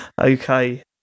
okay